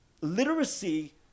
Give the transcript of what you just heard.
literacy